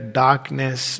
darkness